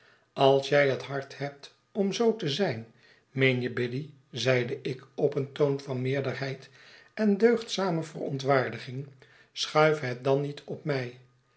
als jij het hart hebt om zoo te zijn meen je biddy zeide ik op een toon van meerderheid en deugdzame verontwaardiging schuif het dan niet op mij